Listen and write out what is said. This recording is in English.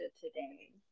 today